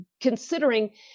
considering